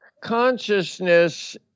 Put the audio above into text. consciousness